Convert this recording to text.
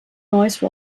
noise